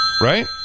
Right